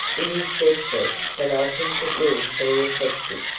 it is desperate, but i think it will be effective.